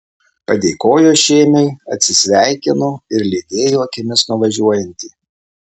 padėkojo šėmiui atsisveikino ir lydėjo akimis nuvažiuojantį